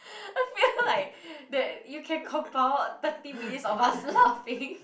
I feel like that you can compile thirty minutes of us laughing